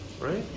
right